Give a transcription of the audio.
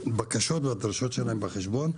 הבקשות והדרישות שלהם בחשבון?